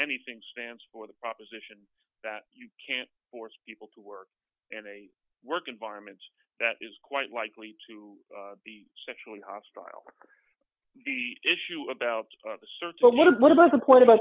anything stands for the proposition that you can't force people to work in a work environment that is quite likely to be sexually hostile the issue about the surge was what about